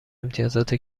امتیازات